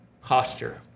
posture